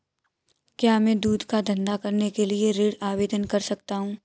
क्या मैं दूध का धंधा करने के लिए ऋण आवेदन कर सकता हूँ?